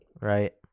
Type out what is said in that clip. right